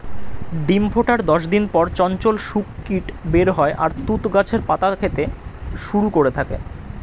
ডিম ফোটার দশ দিন পর চঞ্চল শূককীট বের হয় আর তুঁত গাছের পাতা খেতে শুরু করে থাকে